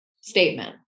statement